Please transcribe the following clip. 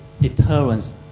deterrence